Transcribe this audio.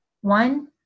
One